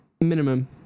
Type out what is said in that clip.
minimum